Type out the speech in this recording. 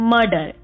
Murder